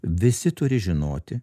visi turi žinoti